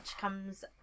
comes